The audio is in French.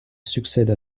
succède